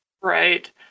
Right